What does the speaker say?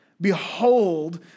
Behold